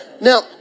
Now